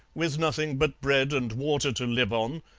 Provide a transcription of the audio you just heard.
with nothing but bread and water to live on,